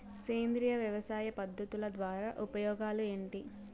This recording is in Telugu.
సేంద్రియ వ్యవసాయ పద్ధతుల ద్వారా ఉపయోగాలు ఏంటి?